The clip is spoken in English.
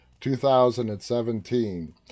2017